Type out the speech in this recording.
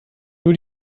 nur